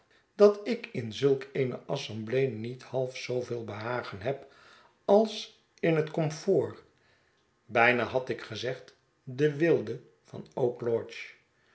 dat ik in zulk eene assemblee niet half zooveel behagen heb als in het comfort bijna had ik gezegd de weelde van oak lodge